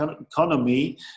economy